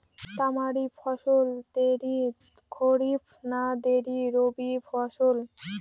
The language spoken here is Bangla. তামারি ফসল দেরী খরিফ না দেরী রবি ফসল?